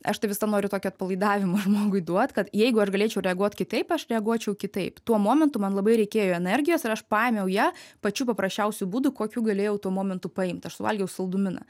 aš tai visad noriu tokio atpalaidavimo žmogui duot kad jeigu aš galėčiau reaguot kitaip aš reaguočiau kitaip tuo momentu man labai reikėjo energijos ir aš paėmiau ją pačiu paprasčiausiu būdu kokiu galėjau tuo momentu paimt aš suvalgiau saldumyną